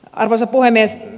arvoisa puhemies